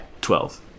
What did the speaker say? Twelve